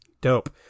Dope